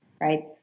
right